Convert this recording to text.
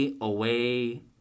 away